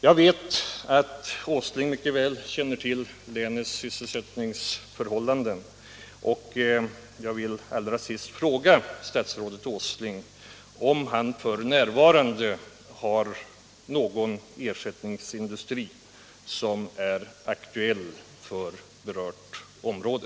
Jag vet att statsrådet Åsling mycket väl känner till länets sysselsättningsförhållanden, och jag vill därför allra sist fråga honom om någon ersättningsindustri är aktuell för berört område.